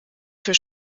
für